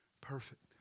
perfect